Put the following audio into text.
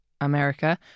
America